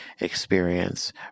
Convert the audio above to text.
experience